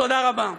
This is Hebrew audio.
תודה רבה.